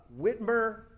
Whitmer